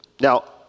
Now